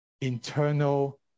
internal